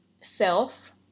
self